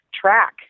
track